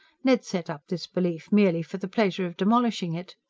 ned set up this belief merely for the pleasure of demolishing it.